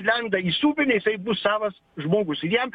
lenda į sūbinę jisai bus savas žmogus jiems